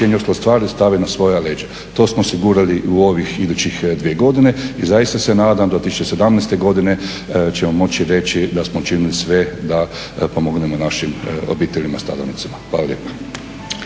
razumije./… stvari stave na svoja leđa. To smo osigurali u ovih idućih 2 godine. I zaista se nadam da do 2017. godine ćemo moći reći da smo učinili sve da pomognemo našim obiteljima stradalnicima. Hvala lijepa.